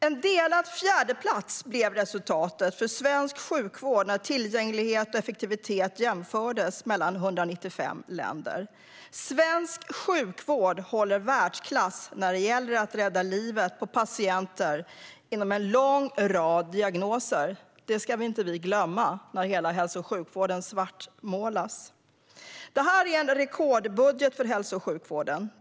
En delad fjärdeplats blev resultatet för svensk sjukvård när tillgänglighet och effektivitet jämfördes mellan 195 länder. Svensk sjukvård håller världsklass när det gäller att rädda livet på patienter med en lång rad diagnoser. Det ska vi inte glömma när hela hälso och sjukvården svartmålas. Detta är en rekordbudget för hälso och sjukvården.